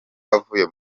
avuye